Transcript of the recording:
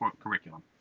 curriculum